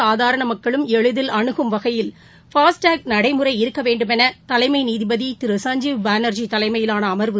சாதாரணமக்களும் எளிதில் அணுகும் வகையில் பாஸ்ட் டாக் முறை இருக்கவேண்டுமெனதலைமைநீதிபதிதிரு சஞ்ஜீவ் பானா்ஜி தலைமையிலானஅமா்வு